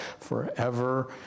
forever